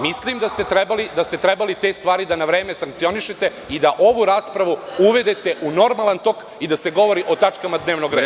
Mislim da ste trebali te stvari da na vreme sankcionišete i da ovu raspravu uvedete u normalan tok, i da se govori o tačkama dnevnog reda.